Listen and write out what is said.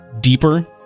deeper